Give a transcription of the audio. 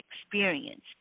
experience